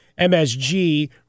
MSG